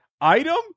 item